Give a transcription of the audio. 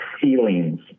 feelings